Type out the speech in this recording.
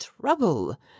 trouble